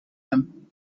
him